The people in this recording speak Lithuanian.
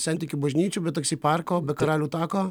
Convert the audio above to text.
sentikių bažnyčių be taksi parko be karalių tako